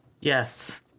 Yes